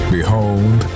Behold